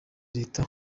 leta